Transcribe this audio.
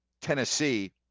Tennessee